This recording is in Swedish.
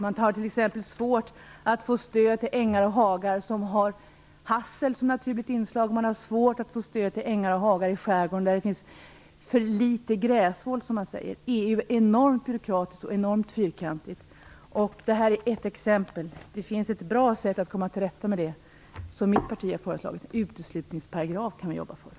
Man har t.ex. svårt att få stöd till ängar och hagar som har hassel som naturligt inslag och ängar och hagar i skärgården där det finns för litet gräshål, som man säger. EU är enormt byråkratiskt och enormt fyrkantigt. Detta är ett exempel. Det finns ett bra sätt att komma till rätta med det som mitt parti har föreslagit. Vi kan jobba för en uteslutningsparagraf.